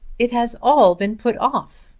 it has all been put off.